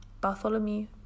bartholomew